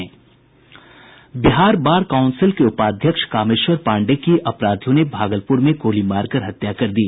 Bihar bar council के उपाध्यक्ष कामेश्वर पांडेय की अपराधियों ने भागलपुर में गोली मारकर हत्या कर दी